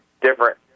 different